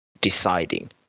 deciding